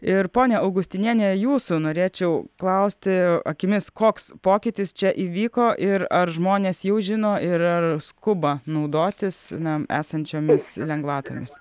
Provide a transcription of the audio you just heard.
ir ponia augustiniene jūsų norėčiau klausti akimis koks pokytis čia įvyko ir ar žmonės jau žino ir ar skuba naudotis na esančiomis lengvatomis